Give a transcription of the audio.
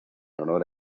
honor